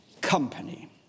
company